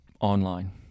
Online